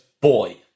Boy